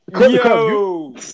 Yo